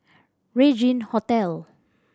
Regin Hotel